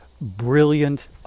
brilliant